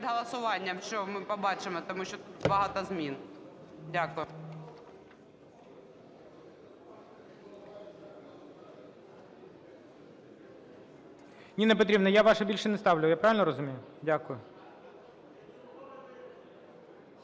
голосуванням, що ми побачимо, тому що тут багато змін. Дякую. ГОЛОВУЮЧИЙ. Ніна Петрівна, я ваші більше не ставлю, я правильно розумію? Дякую.